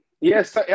Yes